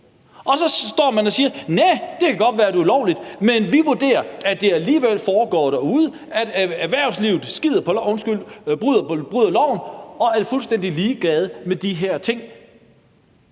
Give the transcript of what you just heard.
Og så står man og siger: Det kan godt være, at det er ulovligt, men vi vurderer, at det alligevel foregår, altså at erhvervslivet bryder loven og er fuldstændig ligeglade med de her ting.